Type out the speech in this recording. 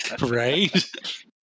right